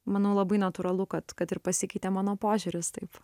manau labai natūralu kad kad ir pasikeitė mano požiūris taip